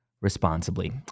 responsibly